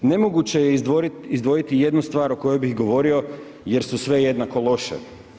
Nemoguće je izdvojiti jednu stvar o kojoj bih govorio jer su sve jednako loše.